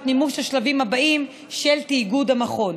מימוש השלבים הבאים של תיאגוד המכון.